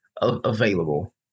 available